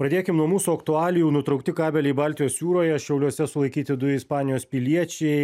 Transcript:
pradėkim nuo mūsų aktualijų nutraukti kabeliai baltijos jūroje šiauliuose sulaikyti du ispanijos piliečiai